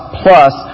plus